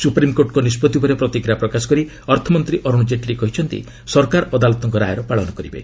ସୁପ୍ରିମ୍କୋର୍ଟଙ୍କ ନିଷ୍କଭି ଉପରେ ପ୍ରତିକ୍ରିୟା ପ୍ରକାଶ କରି ଅର୍ଥମନ୍ତୀ ଅର୍ଶ ଜେଟଲୀ କହିଛନ୍ତି ସରକାର ଅଦାଲତଙ୍କ ରାୟର ପାଳନ କରିବେ